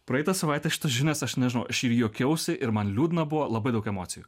praeitą savaitę šitas žinias aš nežinau aš ir juokiausi ir man liūdna buvo labai daug emocijų